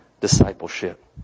discipleship